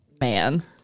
Man